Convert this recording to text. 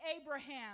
Abraham